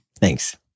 Thanks